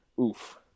Oof